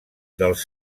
dels